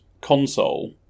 console